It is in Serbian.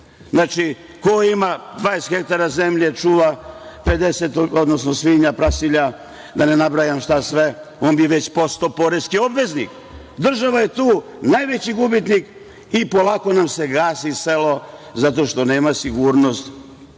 Znači, ko ima 20 hektara zemlje, čuva, odnosno svinja, prasilja, da ne nabrajam šta sve, on bi već postao poreski obveznik. Država je tu najveći gubitnik i polako nam se gasi selo zato što nema sigurnost